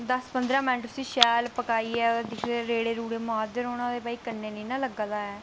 दस पंदरा मिन्ट शैल पकाइयै रेड़े रोडे मारदे रौह्ना भाई कन्नै ते नेईं ना लग्गे दा